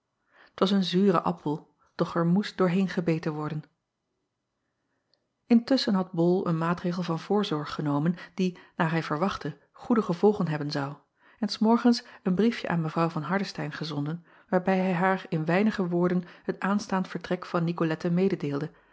t as een zure appel doch er moest doorheen gebeten worden ntusschen had ol een maatregel van voorzorg genomen die naar hij verwachtte goede gevolgen hebben zou en s morgens een briefje aan w van ardestein gezonden waarbij hij haar in weinige woorden het aanstaand vertrek van icolette mededeelde